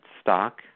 stock